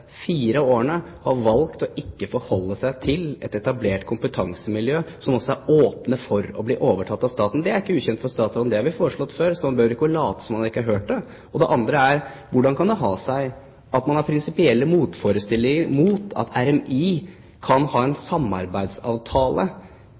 fire årene har valgt ikke å forholde seg til et etablert kompetansemiljø, der man også er åpen for å bli overtatt av staten? Det er ikke ukjent for statsråden. Det har vi foreslått før, så han behøver ikke late som om han ikke har hørt det. Det andre er: Hvordan kan det ha seg at man har prinsipielle motforestillinger mot at RMI kan ha en